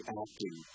acting